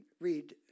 read